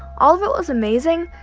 all of it was amazing,